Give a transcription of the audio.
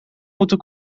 moeten